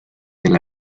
del